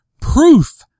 proof